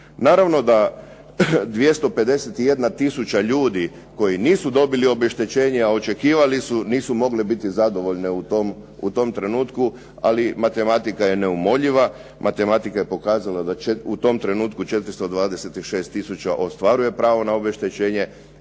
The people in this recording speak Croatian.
Naravno da 251 tisuća ljudi koji nisu dobili obeštećenje a očekivali su nisu mogle biti zadovoljne u tom trenutku ali matematika je neumoljiva, matematika je pokazala da u tom trenutku 426 tisuća ostvaruje pravo na obeštećenje